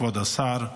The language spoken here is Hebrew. כבוד השר,